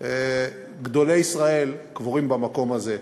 גדולי ישראל קבורים במקום הזה: